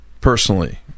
personally